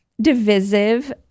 divisive